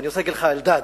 ואני רוצה לומר לך, אלדד,